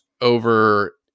over